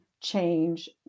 change